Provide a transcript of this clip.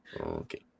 Okay